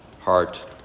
heart